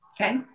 okay